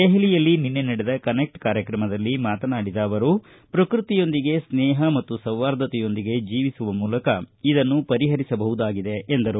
ದೆಹಲಿಯಲ್ಲಿ ನಿನ್ನೆ ನಡೆದ ಕನೆಕ್ಟ್ ಕಾರ್ಯಕ್ರಮದಲ್ಲಿ ಮಾತನಾಡಿದ ಅವರು ಪ್ರಕೃತಿಯೊಂದಿಗೆ ಸ್ನೇಹ ಮತ್ತು ಸೌಹಾರ್ದತೆಯೊಂದಿಗೆ ಜೀವಿಸುವ ಮೂಲಕ ಇದನ್ನು ಪರಿಹರಿಸಬಹುದಾಗಿದೆ ಎಂದರು